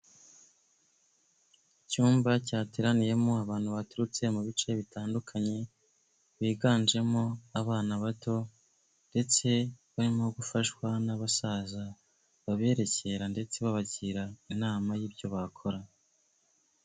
Icyumba cyateraniyemo abantu baturutse mu bice bitandukanye, biganjemo abana bato, ndetse barimo gufashwa n'abasaza, baberekera ndetse babagira inama y'ibyo bakora.